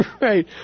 right